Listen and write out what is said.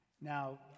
Now